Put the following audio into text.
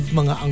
mga